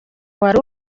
wari